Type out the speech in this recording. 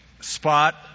spot